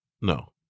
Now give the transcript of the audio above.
No